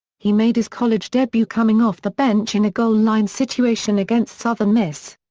he made his college debut coming off the bench in a goal line situation against southern miss.